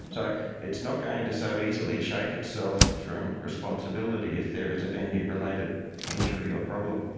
so it's not going to so easily shake itself from responsibility if there is a venue related injury or problem.